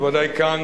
בוודאי כאן,